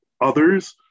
Others